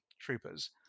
Troopers